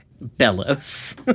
bellows